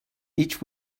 each